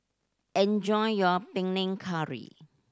enjoy your Panang Curry